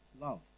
love